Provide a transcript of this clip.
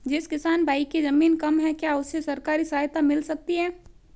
जिस किसान भाई के ज़मीन कम है क्या उसे सरकारी सहायता मिल सकती है?